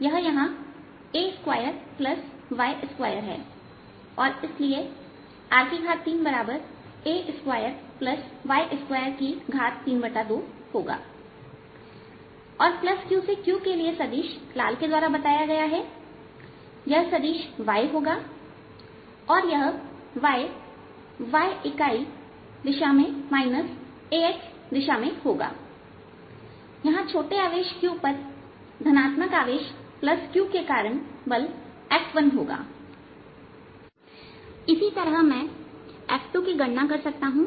यह यहां a2y2 है और इसलिए r3a2y232होगा और Q से q के लिए सदिश लाल से बताया गया है और यह सदिश y होगा और y इकाई दिशा ax दिशा में होगा यहां छोटे आवेश q पर धनात्मक आवेश Q के कारण बल F1 होगा इसी तरह में F2की गणना कर सकता हूं